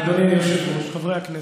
אדוני היושב-ראש, חברי הכנסת,